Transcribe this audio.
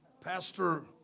Pastor